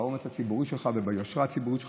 באומץ הציבורי שלך וביושרה הציבורית שלך,